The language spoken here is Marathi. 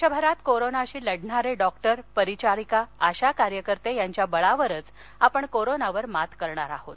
दक्षिरात कोरोनाशी लढणारा डॉक्टर परिचारिका आशा कार्यकर्ते यांच्या बळावरच आपण कोरोनावर मात करणार आहोत